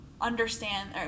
understand